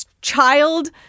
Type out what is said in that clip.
Child